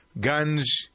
guns